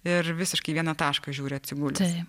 ir visiškai į vieną tašką žiūri atsigulęs